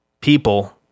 people